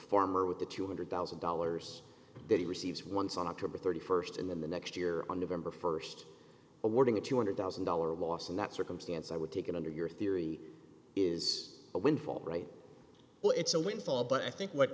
former with the two hundred thousand dollars that he receives once on october thirty first and then the next year on november first awarding a two hundred thousand dollar loss in that circumstance i would take it under your theory is a windfall right well it's a windfall but i think what